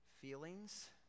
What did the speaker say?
Feelings